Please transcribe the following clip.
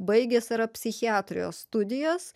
baigęs yra psichiatrijos studijas